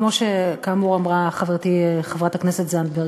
כמו שכאמור אמרה חברתי חברת הכנסת זנדברג,